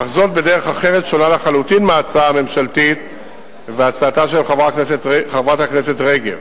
אך בדרך אחרת ושונה לחלוטין מההצעה הממשלתית ומהצעתה של חברת הכנסת רגב.